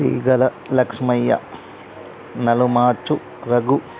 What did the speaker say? Teegala Lakshmaiah Nalumachu Raghu